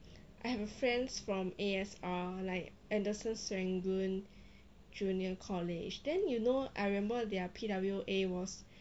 I have friends from A_S_R like anderson serangoon junior college then you know I remember there are P_W uh was